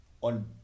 on